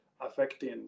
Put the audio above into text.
affecting